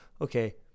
okay